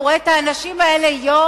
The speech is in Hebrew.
כי הוא רואה את האנשים האלה יום-יום.